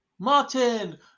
Martin